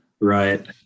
Right